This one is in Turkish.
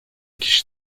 kişi